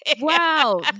Wow